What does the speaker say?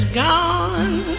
gone